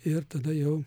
ir tada jau